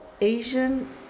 Asian